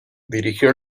dirigió